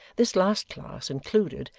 this last class included,